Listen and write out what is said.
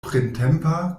printempa